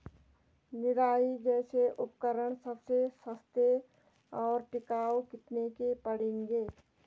निराई जैसे उपकरण सबसे सस्ते और टिकाऊ कितने के पड़ेंगे?